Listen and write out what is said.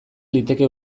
liteke